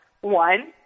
one